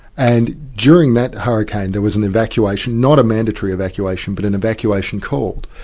and during that hurricane there was an evacuation, not a mandatory evacuation, but an evacuation called,